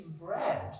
bread